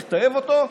צריך לטייב אותה,